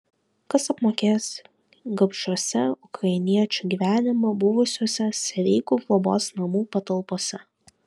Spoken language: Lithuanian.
kas apmokės gabšiuose ukrainiečių gyvenimą buvusiuose sereikų globos namų patalpose